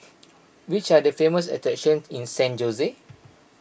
which are the famous attractions in San Jose